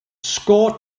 score